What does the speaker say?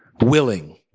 willing